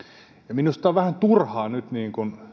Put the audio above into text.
minusta on vähän turhaa nyt